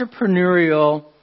entrepreneurial